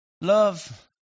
Love